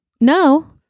no